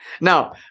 Now